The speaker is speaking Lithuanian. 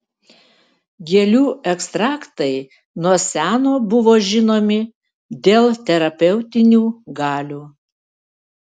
gėlių ekstraktai nuo seno buvo žinomi dėl terapeutinių galių